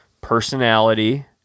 personality